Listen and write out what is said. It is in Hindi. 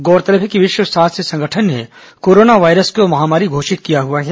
गौरतलब है कि विश्व स्वास्थ्य संगठन ने कोरोना वायरस को महामारी घोषित किया हुआ है